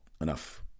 enough